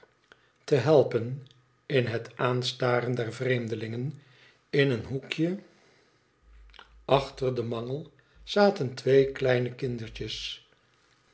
te helpen in het aanstaren der vreemdelmgen in een hoekje achter den mangel zaten twee zeer kleine kindertjes